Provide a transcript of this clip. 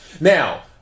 Now